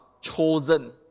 Chosen